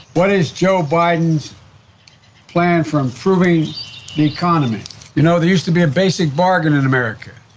what is joe biden's plan for improving the economy you know, there used to be a basic bargain in america.